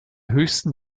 höchsten